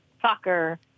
soccer